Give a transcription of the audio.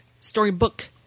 storybook